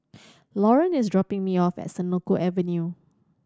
Lauren is dropping me off at Senoko Avenue